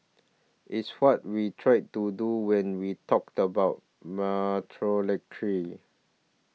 it's what we try to do when we talked about